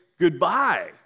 goodbye